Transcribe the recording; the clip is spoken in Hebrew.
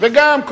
וגם,